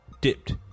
Dipped